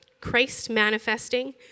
Christ-manifesting